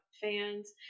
fans